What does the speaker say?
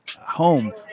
home